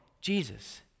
Jesus